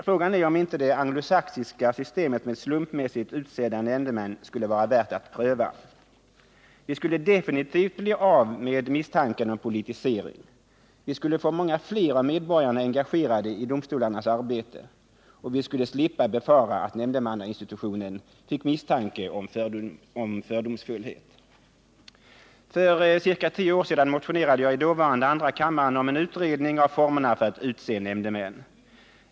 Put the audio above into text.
Frågan är om inte det anglosaxiska systemet med slumpmässigt utsedda nämndemän skulle vara värt att pröva. Vi skulle då definitivt bli av med misstanken om politisering, vi skulle få många fler av medborgarna engagerade i domstolarnas arbete och vi skulle slippa befara att nämndemannainstitutionen misstänktes för fördomsfullhet. För ca tio år sedan motionerade jag i dåvarande andra kammaren om en utredning av formerna för att utse nämndemän.